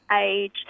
Age